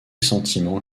sentiment